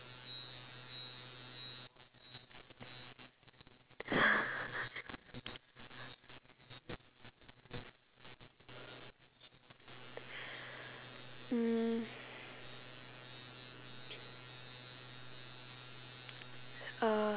mm uh